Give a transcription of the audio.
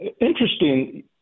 Interesting